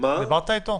דיברת איתו?